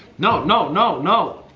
no, no, no, no.